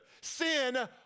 Sin